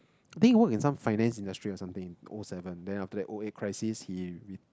I think he work in some finance industry or something O seven then after that O eight crisis he